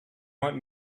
want